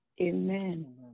amen